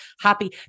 happy